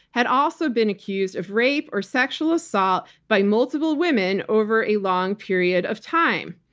had also been accused of rape or sexual assault by multiple women over a long period of time.